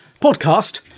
podcast